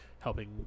helping